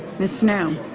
this now.